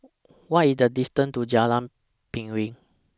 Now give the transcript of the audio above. What IS The distance to Jalan Piring